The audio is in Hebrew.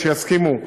שיסכימו,